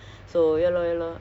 ya I get you